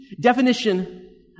definition